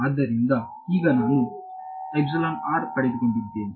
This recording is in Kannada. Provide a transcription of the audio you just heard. ಆದ್ದರಿಂದ ಈಗ ನಾನು ಪಡೆದುಕೊಂಡಿದ್ದೇನೆ